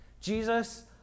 Jesus